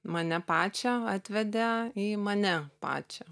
mane pačią atvedė į mane pačią